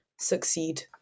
succeed